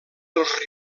dels